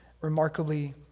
remarkably